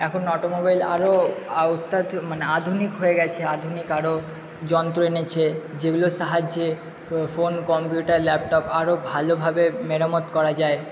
এখন অটোমোবাইল আরও মানে আধুনিক হয়ে গেছে আধুনিক আরও যন্ত্র এনেছে যেগুলোর সাহায্যে ফোন কম্পিউটার ল্যাপটপ আরও ভালোভাবে মেরামত করা যায়